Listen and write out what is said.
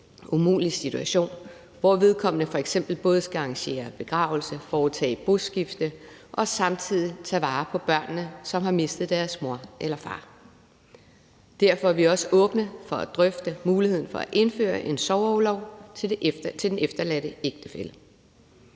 umulig situation, hvor vedkommende f.eks. både skal arrangere begravelse og foretage boskifte og samtidig tage vare på børnene, som har mistet deres mor eller far. Derfor er vi også åbne over for at drøfte muligheden for at indføre en sorgorlov til den efterladte ægtefælle.